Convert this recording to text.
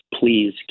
Please